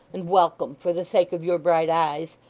and welcome, for the sake of your bright eyes.